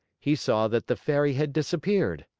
he saw that the fairy had disappeared!